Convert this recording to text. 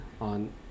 on